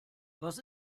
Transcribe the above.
was